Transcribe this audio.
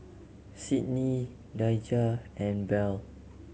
Cydney Daija and Bell